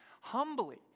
humbly